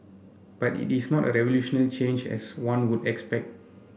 but it is not a revolutionary change as one would expect